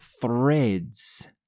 threads